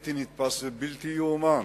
בלתי נתפס ובלתי ייאמן.